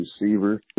receiver